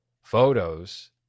photos